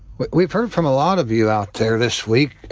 but we've heard from a lot of you out there this week.